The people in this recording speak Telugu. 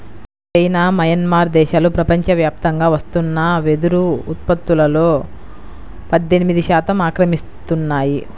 చైనా, మయన్మార్ దేశాలు ప్రపంచవ్యాప్తంగా వస్తున్న వెదురు ఉత్పత్తులో పద్దెనిమిది శాతం ఆక్రమిస్తున్నాయి